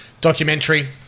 documentary